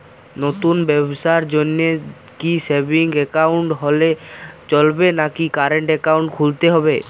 নতুন ব্যবসার জন্যে কি সেভিংস একাউন্ট হলে চলবে নাকি কারেন্ট একাউন্ট খুলতে হবে?